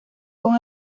con